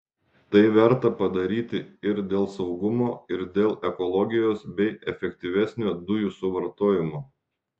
tai verta padaryti ir dėl saugumo ir dėl ekologijos bei efektyvesnio dujų suvartojimo